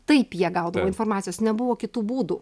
taip jie gaudavo informacijos nebuvo kitų būdų